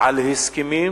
על הסכמים